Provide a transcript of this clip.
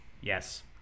Yes